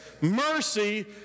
mercy